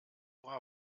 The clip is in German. laura